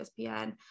ESPN